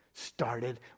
started